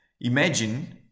imagine